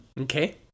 Okay